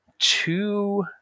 Two